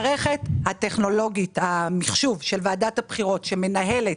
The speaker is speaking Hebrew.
מערכת המחשוב של ועדת הבחירות שמנהלת